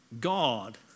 God